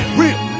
real